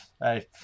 Hey